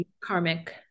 karmic